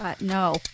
No